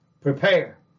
Prepare